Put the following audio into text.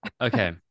Okay